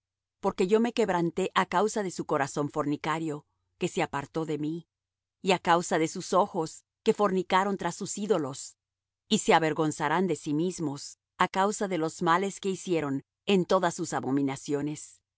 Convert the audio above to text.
porque yo me quebranté á causa de su corazón fornicario que se apartó de mí y á causa de sus ojos que fornicaron tras sus ídolos y se avergonzarán de sí mismos á causa de los males que hicieron en todas sus abominaciones